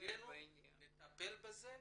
תפקידנו הוא לטפל בזה,